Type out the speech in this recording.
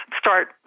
start